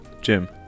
Jim